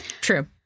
True